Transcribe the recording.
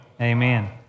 Amen